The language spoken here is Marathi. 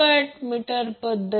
8 अँगल 163